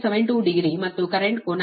72 degree ಮತ್ತು current ಕೋನ IS ಕೋನ 10